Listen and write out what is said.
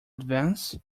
advance